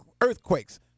earthquakes